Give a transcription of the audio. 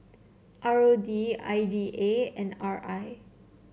R O D I D A and R I